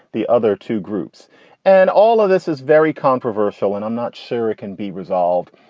the other two groups and all of this is very controversial and i'm not sure it can be resolved.